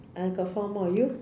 I got four more you